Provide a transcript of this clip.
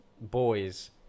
boys